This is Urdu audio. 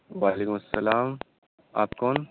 وعلیکم السّلام آپ کون